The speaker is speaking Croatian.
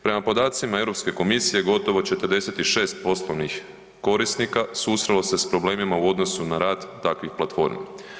Prema podacima Europske komisije, gotovo 46 poslovnih korisnika susrelo se sa problemima u odnosu na rad takvih platformi.